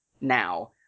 now